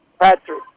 Patrick